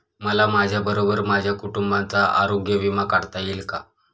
मला माझ्याबरोबर माझ्या कुटुंबाचा आरोग्य विमा काढता येईल का?